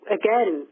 again